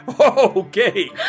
Okay